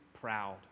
proud